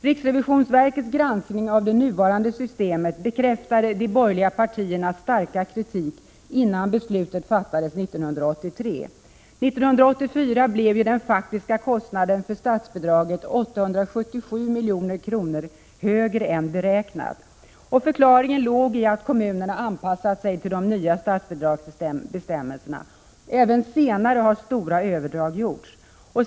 Riksrevisionsverkets granskning av det nuvarande statsbidragssystemet bekräftade de borgerliga partiernas starka kritik innan beslutet fattades 1983. 1984 blev den faktiska kostnaden för statsbidraget 877 milj.kr. högre än beräknat. Förklaringen låg i att kommunerna anpassat sig till de nya statsbidragsbestämmelserna. Även senare har stora överdrag gjorts.